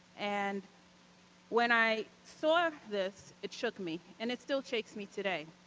and when i saw this, it shook me and it still shakes me today.